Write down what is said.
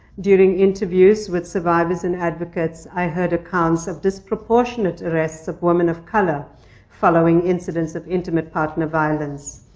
during interviews with survivors and advocates, i heard accounts of disproportionate arrests of women of color following incidents of intimate partner violence.